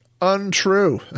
untrue